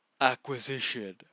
acquisition